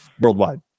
worldwide